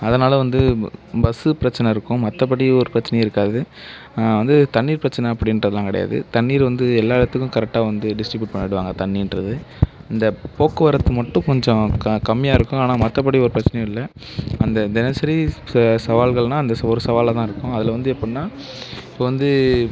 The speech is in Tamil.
அதனால் வந்து பஸ்ஸு பிரச்சனை இருக்கும் மற்றபடி ஒரு பிரச்சனையும் இருக்காது வந்து தண்ணீர் பிரச்சனை அப்படின்றதுலாம் கிடையாது தண்ணீர் வந்து எல்லா இடத்துக்கும் கரெக்டாக வந்து டிஸ்டிபுட் பண்ணிடுவாங்க தண்ணின்றது இந்த போக்குவரத்து மட்டும் கொஞ்சம் கம்மியாக இருக்கும் ஆனால் மற்றபடி ஒரு பிரச்சனையும் இல்லை அந்த தினசரி சவால்கள்னா அந்த ஒரு சவாலாக தான் இருக்கும் அதில் வந்து எப்புடின்னா இப்போ வந்து